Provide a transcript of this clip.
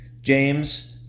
James